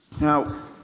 Now